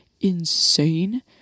insane